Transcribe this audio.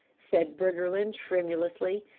said briggerland tremulously,